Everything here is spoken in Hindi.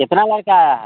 कितना लड़का आया है